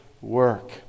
work